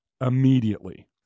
immediately